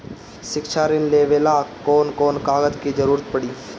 शिक्षा ऋण लेवेला कौन कौन कागज के जरुरत पड़ी?